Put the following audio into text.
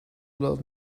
love